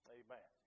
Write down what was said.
amen